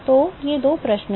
तो ये दो प्रश्न हैं